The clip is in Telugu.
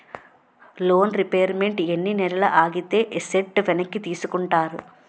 లోన్ రీపేమెంట్ ఎన్ని నెలలు ఆగితే ఎసట్ వెనక్కి తీసుకుంటారు?